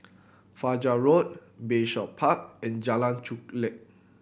Fajar Road Bayshore Park and Jalan Chulek